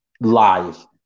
live